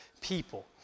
people